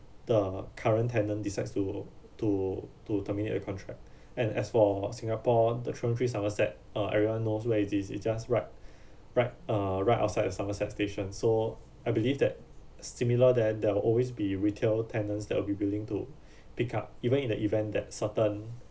the current tenant decides to to to terminate the contract and as for singapore the three oh three somerset uh everyone knows where is this it's just right right uh right outside the somerset station so I believe that similar then there will always be retail tenants that will be willing to pick up even in the event that certain